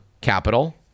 capital